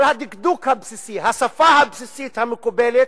אבל הדקדוק הבסיסי, השפה הבסיסית המקובלת,